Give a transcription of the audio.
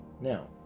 Now